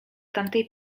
tamtej